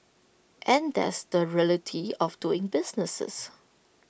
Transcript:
and that's the reality of doing businesses